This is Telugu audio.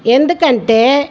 ఎందుకంటే